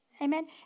Amen